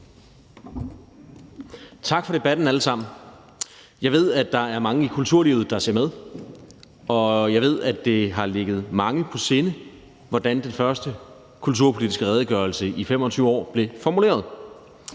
Tak for debatten, alle sammen. Jeg ved, at der er mange i kulturlivet, der ser med, og jeg ved, at det har ligget mange på sinde, hvordan den første kulturpolitiske redegørelse i 25 år blev formuleret.